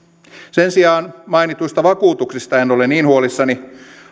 sen sijaan mainituista vakuutuksista en ole niin huolissani